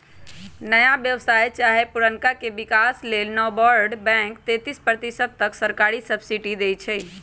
नया व्यवसाय चाहे पुरनका के विकास लेल नाबार्ड बैंक तेतिस प्रतिशत तक सरकारी सब्सिडी देइ छइ